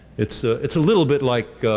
it's ah it's a little bit like a,